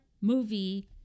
movie